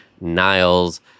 Niles